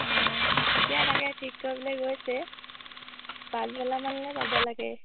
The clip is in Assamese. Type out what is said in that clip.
অঁ এতিয়া তাকে ঠিক কৰিবলৈ গৈছে পাছবেলা মানলৈ পাব লাগে